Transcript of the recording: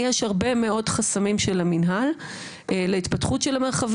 אני אתן לך עפרי, רק רגע.